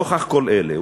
נוכח כל אלה,